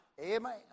Amen